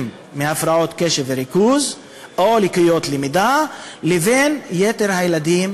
מהפרעות קשב וריכוז או לקויות למידה לבין שאר הילדים,